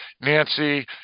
Nancy